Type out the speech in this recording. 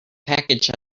package